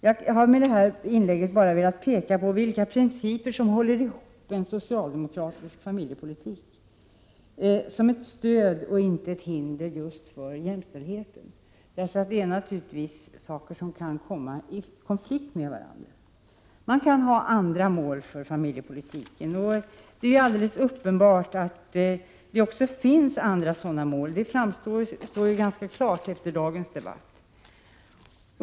Jag har med detta inlägg bara velat peka på vilka principer som håller ihop en socialdemokratisk familjepolitik, som ett stöd och inte ett hinder just för jämställdheten. Dessa saker kan naturligtvis komma i konflikt med varandra. Man kan ha andra mål för familjepolitiken. Det är alldeles uppenbart att det också finns andra sådana mål. Det framstår ganska klart efter dagens debatt.